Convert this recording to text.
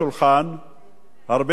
הרבה דוחות חריפים מאוד,